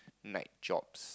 night jobs